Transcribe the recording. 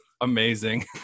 amazing